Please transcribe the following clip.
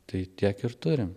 tai tiek ir turim